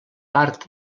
part